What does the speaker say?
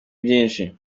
byinshi